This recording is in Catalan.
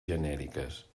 genèriques